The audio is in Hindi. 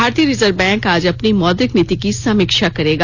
भारतीय रिजर्व बैंक आज अपनी मौद्रिक नीति की समीक्षा करेगा